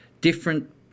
different